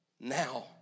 now